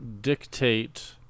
dictate